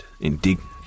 indignant